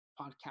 podcast